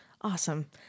Awesome